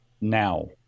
now